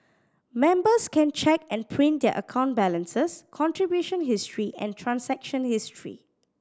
members can check and print their account balances contribution history and transaction history